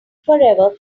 forever